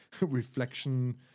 reflection